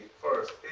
first